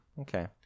Okay